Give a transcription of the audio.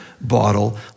bottle